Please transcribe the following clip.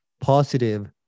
positive